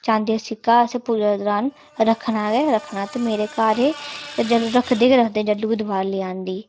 चांदी दा सिक्का अस पूजा दे दरान रक्खना गै रक्खना ते मेरे घर एह् रखदे गै रखदे जेल्लै बी दिवाली आंदी